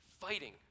fighting